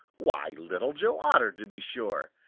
why, little joe otter to be sure.